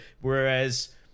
whereas